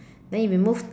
then if you move